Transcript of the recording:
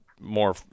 more